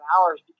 hours